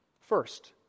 First